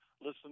listen